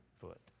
foot